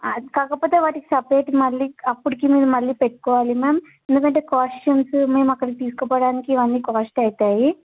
కాకపోతే వాటికి సపరేట్ మళ్ళీ అప్పుడికి మీరు మళ్ళీ పెట్టుకోవాలి మ్యామ్ ఎందుకంటే కాస్ట్యూమ్సు మేము అక్కడకి తీసుకుపోవడానికి ఇవన్నీ కాస్ట్ అవుతాయి